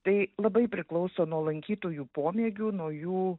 tai labai priklauso nuo lankytojų pomėgių nuo jų